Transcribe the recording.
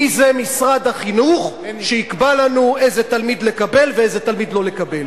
מי זה משרד החינוך שיקבע לנו איזה תלמיד לקבל ואיזה תלמיד לא לקבל?